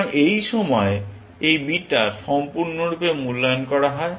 সুতরাং এই সময়ে এই বিটা সম্পূর্ণরূপে মূল্যায়ন করা হয়